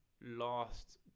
last